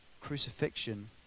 Crucifixion